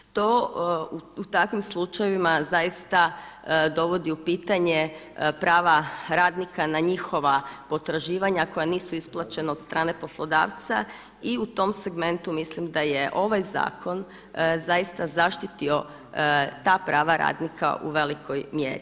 To u takvim slučajevima zaista dovodi u pitanje prava radnika na njihova potraživanja koja nisu isplaćivana od strane poslodavca i u tom segmentu mislim da je ovaj zakon zaista zaštitio ta prava radnika u velikoj mjeri.